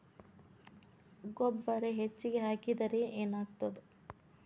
ಗೊಬ್ಬರ ಹೆಚ್ಚಿಗೆ ಹಾಕಿದರೆ ಏನಾಗ್ತದ?